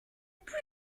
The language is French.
plus